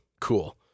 Cool